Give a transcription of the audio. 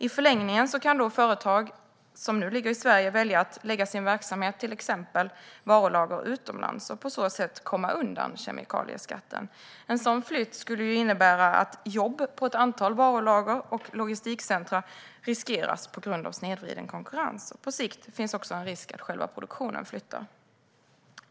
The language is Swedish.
I förlängningen kan företag som nu ligger i Sverige välja att lägga sin verksamhet och till exempel varulager utomlands och på så sätt komma undan kemikalieskatten. En sådan flytt skulle innebära att jobb på ett antal varulager och logistikcentrum riskeras på grund av snedvriden konkurrens. På sikt finns också en risk att själva produktionen flyttar.